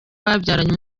babyaranye